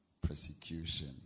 persecution